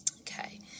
Okay